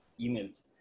emails